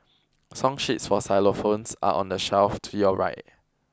song sheets for xylophones are on the shelf to your right